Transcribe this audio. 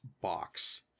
box